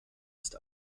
ist